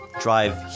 drive